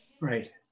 Right